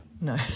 No